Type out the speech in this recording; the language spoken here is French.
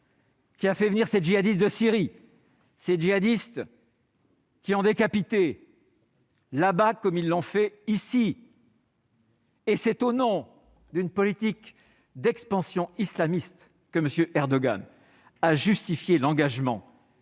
Qui a fait venir ces djihadistes de Syrie, qui ont décapité là-bas comme ils l'ont fait ici ? C'est au nom d'une politique d'expansion islamiste que M. Erdogan a justifié l'engagement